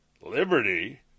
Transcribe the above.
Liberty